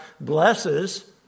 blesses